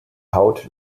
haut